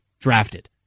drafted